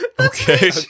Okay